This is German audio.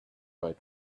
wide